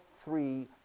three